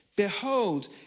Behold